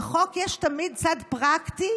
בחוק יש תמיד צד פרקטי,